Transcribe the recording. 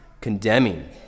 condemning